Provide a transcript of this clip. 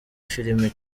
filimi